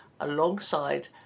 alongside